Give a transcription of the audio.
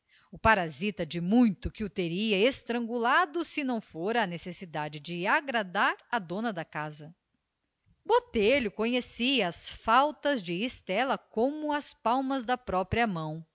o parasita de muito que o teria estrangulado se não fora a necessidade de agradar à dona da casa botelho conhecia as faltas de estela como as palmas da própria mão